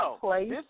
place